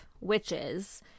witches